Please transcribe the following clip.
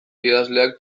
idazleak